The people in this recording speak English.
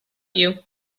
you